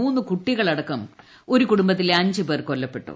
മൂന്ന് കുട്ടികൾ അടക്കം ഒരു കുടുംബത്തിലെ അഞ്ച് പേർ കൊല്ലപ്പെട്ടു